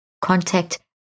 contact